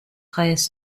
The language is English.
hires